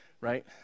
right